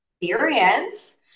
experience